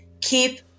Keep